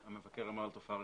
המבקר אמר התופעה רחבה.